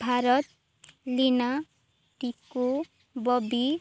Bharat Leena Tiku Bobby